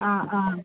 ആ ആ